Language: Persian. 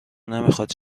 نمیخواد